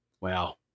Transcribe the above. wow